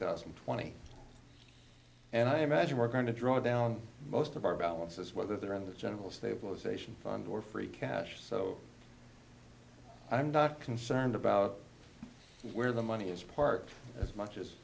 thousand and twenty and i imagine we're going to draw down most of our balances whether they're in the general stabilization fund or free cash so i'm not concerned about where the money is parked as much as